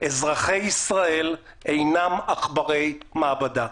אזרחי ישראל אינם עכברי מעבדה,